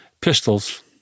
pistols